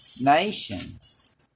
nations